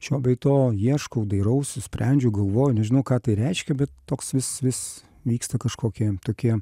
šio bei to ieškau dairausi sprendžiu galvoju nežinau ką tai reiškia bet toks vis vis vyksta kažkokie tokie